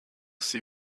see